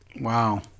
Wow